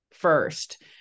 first